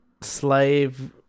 Slave-